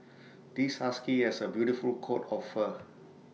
this husky has A beautiful coat of fur